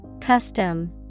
Custom